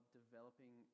developing